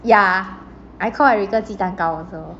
yeah I call erica 鸡蛋糕 also